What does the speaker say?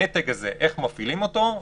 המתג הזה, איך מפעילים אותו?